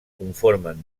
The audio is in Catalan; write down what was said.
conformen